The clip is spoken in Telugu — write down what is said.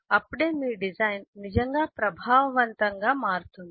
అప్పుడే మీ డిజైన్ నిజంగా ప్రభావవంతంగా మారుతుంది